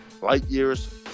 Lightyear's